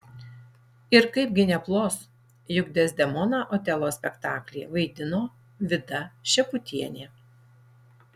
ir kaipgi neplos juk dezdemoną otelo spektaklyje vaidino vida šeputienė